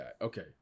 Okay